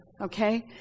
Okay